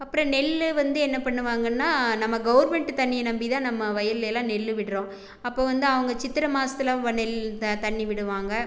அப்புறம் நெல் வந்து என்ன பண்ணுவாங்கன்னால் நம்ம கவர்மெண்ட்டு தண்ணியை நம்பி தான் நம்ம வயலில்யெல்லாம் நெல் விடுகிறோம் அப்போது வந்து அவங்க சித்திரை மாதத்துல அவங்க நெல் த தண்ணி விடுவாங்க